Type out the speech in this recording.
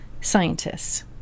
scientists